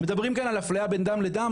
מדברים כאן על אפליה בין דם לדם?